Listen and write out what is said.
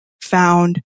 found